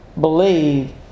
believe